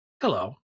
hello